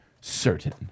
Certain